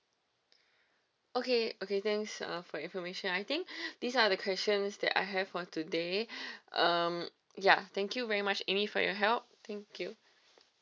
okay okay thanks uh for your information I think these are the questions that I have for today um ya thank you very much amy for your help thank you